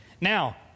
Now